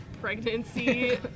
pregnancy